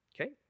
Okay